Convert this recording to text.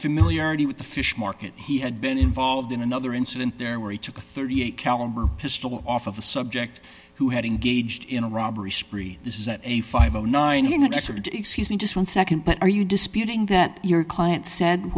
familiarity with the fish market he had been involved in another incident there where he took a thirty eight caliber pistol off of the subject who had engaged in a robbery spree this is at a five o nine hundred excuse me just one second but are you disputing that your client